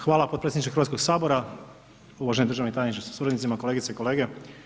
Hvala potpredsjedniče Hrvatskog sabora, uvaženi državni tajniče sa suradnicima, kolegice i kolege.